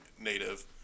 native